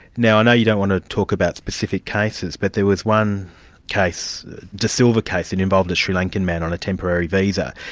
now i know you don't want to talk about specific cases, but there was one case, the da silva case, it involved a sri lankan man on a temporary visa,